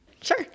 Sure